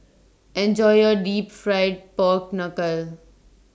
Enjoy your Deep Fried Pork Knuckle